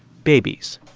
babies.